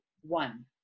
one